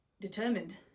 determined